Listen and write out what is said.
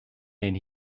and